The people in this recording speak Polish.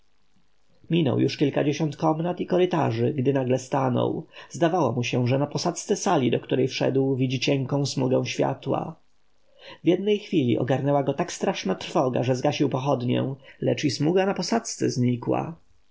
minął już kilkadziesiąt komnat i korytarzy gdy nagle stanął zdawało mu się że na posadzce sali do której wszedł widzi cienką smugę światła w jednej chwili ogarnęła go tak straszna trwoga że zgasił pochodnię lecz i smuga na posadzce znikła